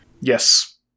Yes